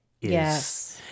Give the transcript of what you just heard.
Yes